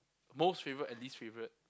most favourite and least favourite